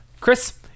Chris